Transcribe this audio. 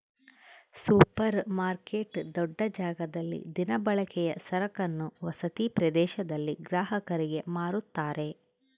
super market ದೊಡ್ಡ ಜಾಗದಲ್ಲಿ ದಿನಬಳಕೆಯ ಸರಕನ್ನು ವಸತಿ ಪ್ರದೇಶದಲ್ಲಿ ಗ್ರಾಹಕರಿಗೆ ಮಾರುತ್ತಾರೆ